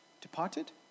departed